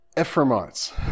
Ephraimites